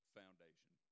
foundation